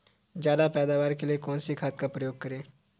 ज्यादा पैदावार के लिए कौन सी खाद का प्रयोग करें?